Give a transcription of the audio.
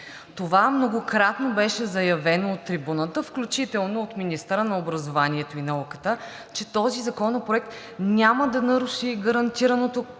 Това многократно беше заявено от трибуната, включително от министъра на образованието и науката, че този законопроект няма да наруши гарантираното